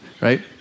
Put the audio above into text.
Right